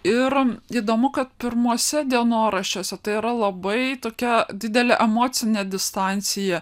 ir įdomu kad pirmuose dienoraščiuose tai yra labai tokia didelė emocinė distancija